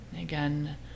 again